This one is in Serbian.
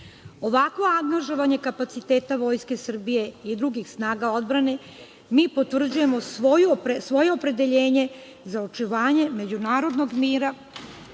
angažovanje kapaciteta Vojske Srbije i drugih snaga odbrane, mi potvrđujemo svoje opredeljenje za očuvanje međunarodnog mira,